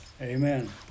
Amen